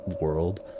world